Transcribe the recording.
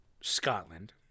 Scotland